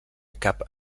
cap